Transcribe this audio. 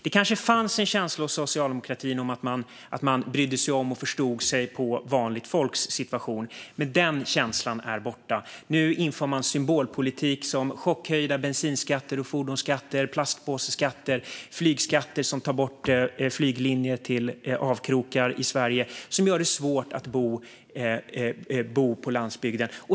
Det kanske fanns en känsla inom socialdemokratin av att man brydde sig om och förstod sig på vanligt folks situation, men denna känsla är borta. Nu inför man symbolpolitik såsom chockhöjda bensin och fordonsskatter, plastpåseskatter och flygskatter som tar bort flyglinjer till avkrokar i Sverige, vilket gör det svårt att bo på landsbygden.